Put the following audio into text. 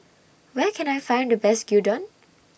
Where Can I Find The Best Gyudon